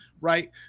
Right